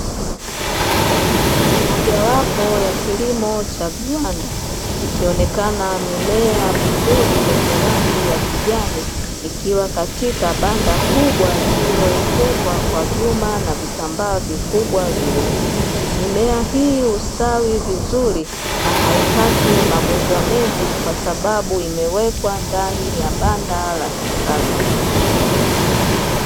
Ni mojawapo ya kilimo cha viwanda ikionekana mimea mizuri yenye rangi ya kijani ikiwa katika banda kubwa lililoezekwa kwa vyuma na vitambaa vikubwa vyeupe, mimea hii hustawi vizuri na haipati magonjwa mengi kwa sababu imewekwa ndani ya banda la kisasa.